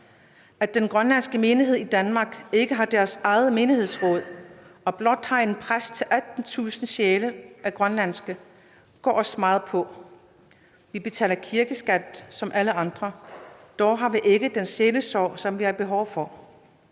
At den grønlandske menighed i Danmark ikke har deres eget menighedsråd og blot har én præst til 18.000 sjæle går os meget på. Vi betaler kirkeskat som alle andre; dog kan vi ikke få den sjælesorg, som vi har behov for.